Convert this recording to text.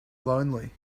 lonely